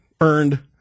Earned